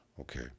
Okay